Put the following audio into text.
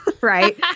right